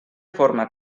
forma